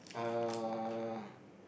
um